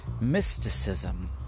mysticism